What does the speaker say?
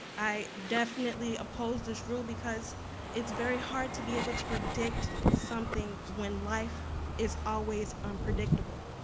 i definitely oppose this rule, because it's very hard to be able to predict something, when life is always unpredictable,